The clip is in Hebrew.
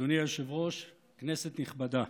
אדוני היושב-ראש, כנסת נכבדה,